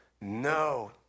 no